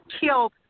killed